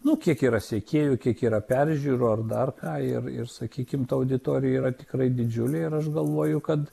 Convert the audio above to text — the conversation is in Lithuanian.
nu kiek yra sekėjų kiek yra peržiūrų ar dar ir ir sakykim ta auditorija yra tikrai didžiulė ir aš galvoju kad